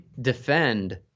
defend